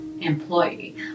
employee